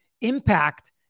impact